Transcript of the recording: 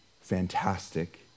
fantastic